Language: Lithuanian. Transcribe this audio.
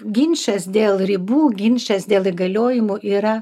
ginčas dėl ribų ginčas dėl įgaliojimų yra